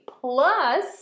Plus